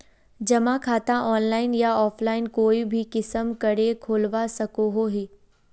जमा खाता ऑनलाइन या ऑफलाइन कोई भी किसम करे खोलवा सकोहो ही?